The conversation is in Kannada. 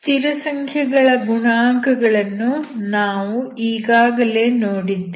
ಸ್ಥಿರಸಂಖ್ಯೆಯ ಗುಣಾಂಕಗಳನ್ನು ನಾವು ಈಗಾಗಲೇ ನೋಡಿದ್ದೇವೆ